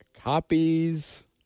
copies